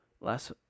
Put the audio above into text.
last